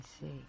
see